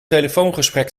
telefoongesprek